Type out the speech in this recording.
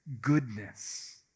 goodness